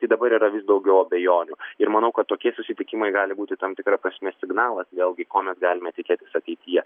tai dabar yra vis daugiau abejonių ir manau kad tokie susitikimai gali būti tam tikra prasme signalas vėlgi ko mes galime tikėtis ateityje